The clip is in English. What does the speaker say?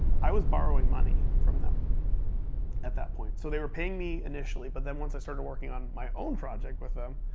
i was borrowing money from them at that point. so they were paying me initially, but then once i started working on my own project with them,